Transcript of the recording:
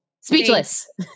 speechless